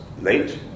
late